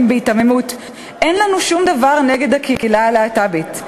בהיתממות: אין לנו שום דבר נגד הקהילה הלהט"בית,